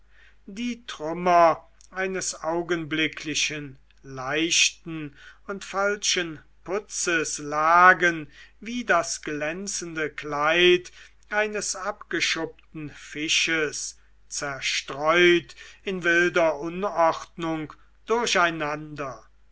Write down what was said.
die trümmer eines augenblicklichen leichten und falschen putzes lagen wie das glänzende kleid eines abgeschuppten fisches zerstreut in wilder unordnung durcheinander